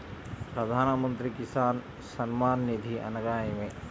ప్రధాన మంత్రి కిసాన్ సన్మాన్ నిధి అనగా ఏమి?